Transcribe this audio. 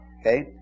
Okay